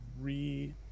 re